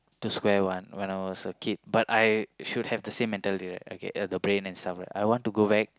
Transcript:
to square one when I was a kid but I should have the same mentality right okay uh the brain and stuff right I want to go back